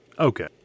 Okay